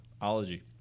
Ology